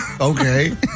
Okay